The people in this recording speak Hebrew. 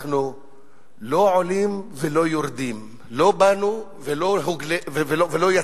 אנחנו לא עולים ולא יורדים, לא באנו ולא יצאנו.